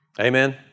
Amen